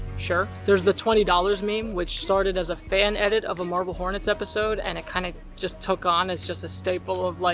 sure. there's the twenty dollars meme, which started as a fanedit of a marble hornets episode and it kind of just took on its a staple of, like,